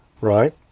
right